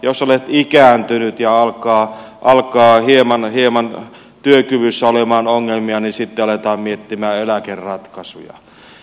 jos olet ikääntynyt ja alkaa hieman työkyvyssä olla ongelmia niin sitten aletaan miettiä eläkeratkaisuja